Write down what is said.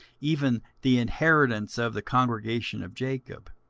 even the inheritance of the congregation of jacob.